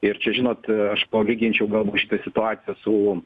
ir čia žinot aš palyginčiau galbūt šitą situaciją su